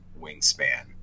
wingspan